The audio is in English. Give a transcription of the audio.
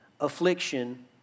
affliction